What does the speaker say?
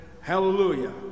hallelujah